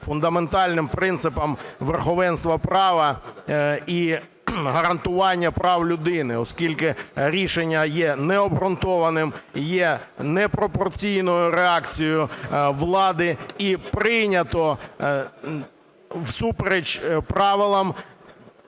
фундаментальним принципам верховенства права і гарантування прав людини, оскільки рішення є необґрунтованим, є непропорційною реакцією влади і прийнято всупереч правилам